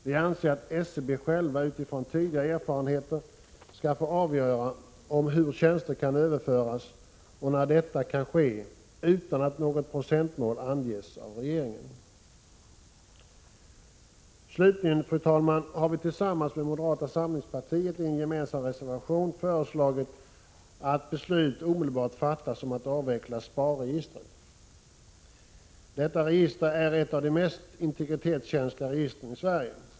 Vi anser att SCB självt utifrån tidigare erfarenheter skall få avgöra hur tjänster kan överföras och när detta kan ske utan att något procentmål anges av regeringen. Slutligen, fru talman, har vi i en med moderata samlingspartiet gemensam reservation föreslagit att beslut omedelbart skall fattas om avveckling av SPAR-registret. Detta register är ett av de mest integritetskänsliga i Sverige.